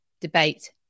debate